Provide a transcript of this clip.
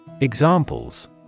Examples